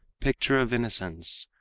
picture of innocence,